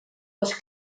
les